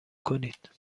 کنید